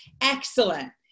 Excellent